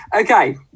okay